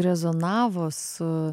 rezonavo su